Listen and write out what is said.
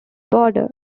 border